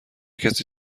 کسی